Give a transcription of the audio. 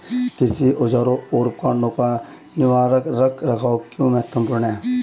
कृषि औजारों और उपकरणों का निवारक रख रखाव क्यों महत्वपूर्ण है?